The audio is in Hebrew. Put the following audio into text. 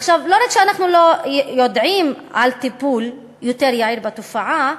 לא רק שאנחנו לא יודעים על טיפול יותר יעיל בתופעה,